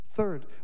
Third